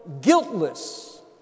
guiltless